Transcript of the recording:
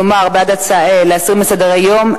כלומר בעד להסיר מסדר-היום,